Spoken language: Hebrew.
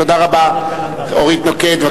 תודה רבה, אורית נוקד.